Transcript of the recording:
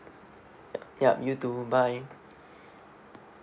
yup you too bye